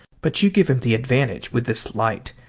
but you give him the advantage with this light.